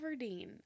Everdeen